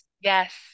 yes